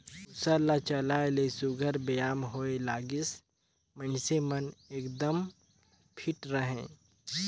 मूसर ल चलाए ले सुग्घर बेयाम होए लागिस, मइनसे मन एकदम फिट रहें